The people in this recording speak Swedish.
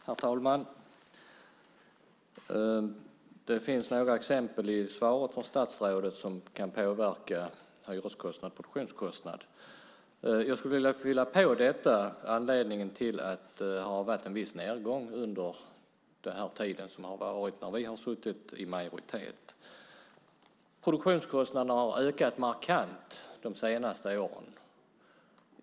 Herr talman! Det finns några exempel i svaret från statsrådet på sådant som kan påverka hyreskostnad och produktionskostnad. Jag skulle vilja fylla på angående detta med anledningen till att det har varit en viss nedgång under den tid då vi har varit i majoritet. Produktionskostnaderna har ökat markant de senaste åren.